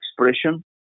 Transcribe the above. expression